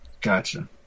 Gotcha